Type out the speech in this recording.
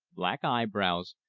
black eyebrows,